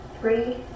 three